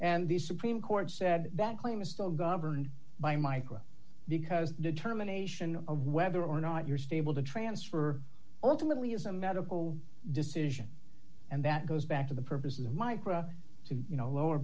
and the supreme court said that claim is still governed by micro because the determination of whether or not you're stable to transfer ultimately is a medical decision and that goes back to the purpose of micra to you